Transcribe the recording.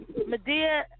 Madea